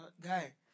Guy